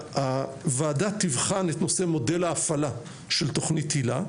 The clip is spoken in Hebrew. הוועדה תבחן את נושא מודל ההפעלה של תוכנית הילה,